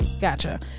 Gotcha